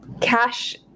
cash